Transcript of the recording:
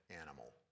animal